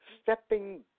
Stepping